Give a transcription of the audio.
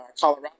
Colorado